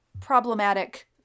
problematic